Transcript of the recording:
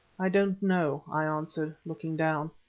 i don't know, i answered, looking down.